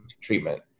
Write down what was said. treatment